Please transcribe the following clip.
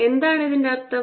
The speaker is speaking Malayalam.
എന്താണ് ഇതിന്റെ അര്ഥം